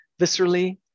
viscerally